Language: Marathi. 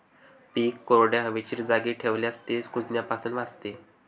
पीक कोरड्या, हवेशीर जागी ठेवल्यास ते कुजण्यापासून वाचते